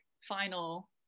final